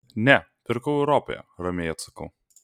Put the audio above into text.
ne pirkau europoje ramiai atsakau